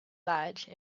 large